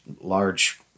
large